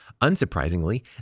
Unsurprisingly